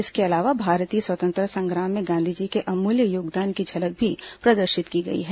इसके अलावा भारतीय स्वतंत्रता संग्राम में गांधी जी के अमूल्य योगदान की झलक भी प्रदर्शित की गई है